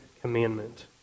commandment